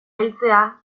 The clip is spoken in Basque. heltzea